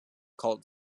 called